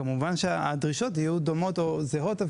כמובן שהדרישות יהיו דומות או זהות,